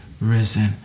risen